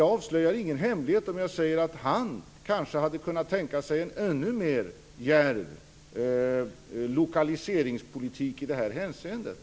Jag avslöjar ingen hemlighet om jag säger att han kanske hade kunnat tänka sig en ännu djärvare lokaliseringspolitik i det här hänseendet.